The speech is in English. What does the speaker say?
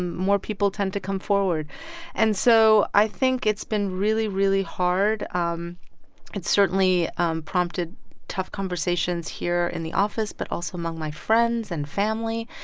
more people tend to come forward and so i think it's been really, really hard. um it certainly prompted tough conversations here in the office but also among my friends and family.